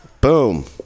Boom